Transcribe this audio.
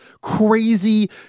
crazy